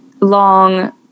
long